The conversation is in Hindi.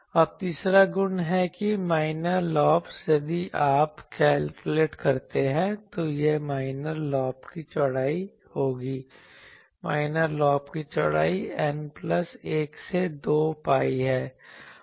अब तीसरा गुण है कि माइनर लॉब्स यदि आप कैलकुलेट करते हैं तो यह माइनर लॉब की चौड़ाई होगी माइनर लॉब की चौड़ाई N प्लस 1 से 2 pi है